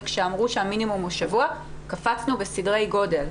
וכאשר אמרו שהמינימום הוא שבוע קפצנו בסדרי גודל.